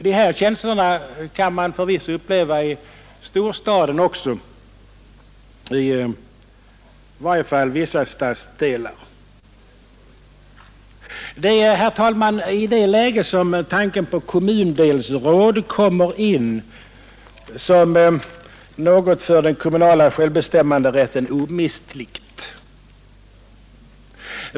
De här känslorna kan man förvisso uppleva i storstaden också, i varje fall i vissa stadsdelar. Det är, herr talman, i det läget som tanken på kommundelsråd kommer in som något för den kommunala självbestämmanderätten omistligt.